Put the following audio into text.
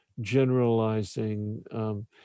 generalizing